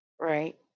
right